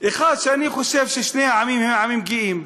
1. אני חושב ששני העמים הם עמים גאים.